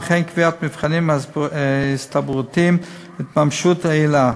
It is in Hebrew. וכן קביעת מבחנים הסתברותיים להתממשות העילה.